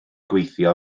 gweithio